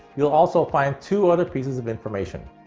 you'll also find two other pieces of information.